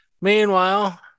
Meanwhile